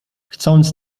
chcąc